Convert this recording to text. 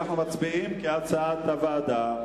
אנחנו מצביעים כהצעת הוועדה.